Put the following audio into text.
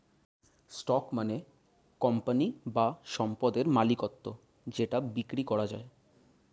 stock মানে company বা সম্পদের মালিকত্ব যেটা বিক্রি করা যায়